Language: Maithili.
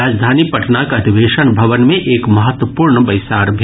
राजधानी पटनाक अधिवेशन भवन मे एक महत्वपूर्ण बैसार भेल